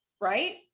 right